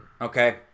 Okay